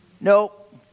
Nope